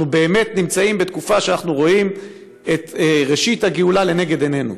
אנחנו באמת נמצאים בתקופה שאנחנו רואים את ראשית הגאולה לנגד עינינו.